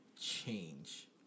change